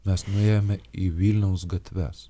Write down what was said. mes nuėjome į vilniaus gatves